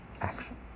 action